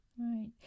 right